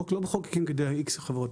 חוק לא מחוקקים כדי לאיקס חברות,